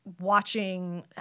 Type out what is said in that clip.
watching